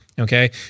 Okay